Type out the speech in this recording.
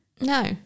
No